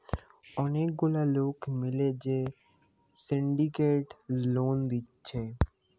অনেক গুলা লোক মিলে যে সিন্ডিকেট লোন দিচ্ছে